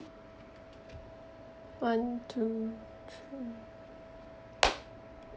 one two three